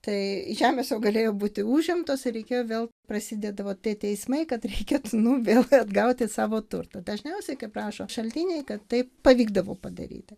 tai žemės jau galėjo būti užimtos ir reikėjo vėl prasidėdavo tie teismai kad reikėtų nu vėl atgauti savo turtą dažniausiai kaip rašo šaltiniai kad taip pavykdavo padaryti